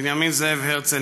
בנימין זאב הרצל,